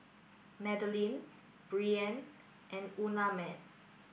Madelene Breanne and Unnamed